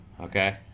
okay